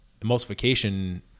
emulsification